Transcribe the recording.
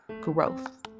growth